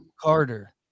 Carter